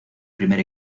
primer